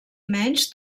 menys